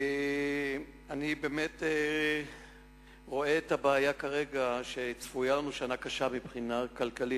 אני רואה שהבעיה שצפויה לנו היא שנה קשה מבחינה כלכלית,